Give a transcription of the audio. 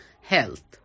health